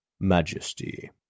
Majesty